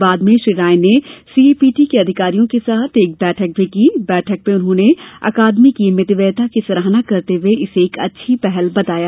बाद में श्री राय ने सीएपीटी के अधिकारीयों के साथ एक बैठक भी की बैठक में उन्होंने अकादमी की मितव्ययिता की सराहना करते हुए इसे एक अच्छी पहल बताया